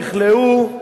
נכלאו,